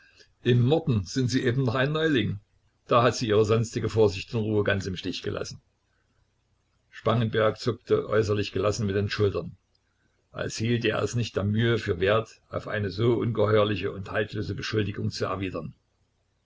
im morden sind sie eben noch ein neuling da hat sie ihre sonstige vorsicht und ruhe ganz im stich gelassen spangenberg zuckte äußerlich gelassen mit den schultern als hielte er es nicht der mühe für wert auf eine so ungeheuerliche und haltlose beschuldigung zu erwidern